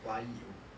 华义